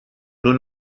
nur